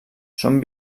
són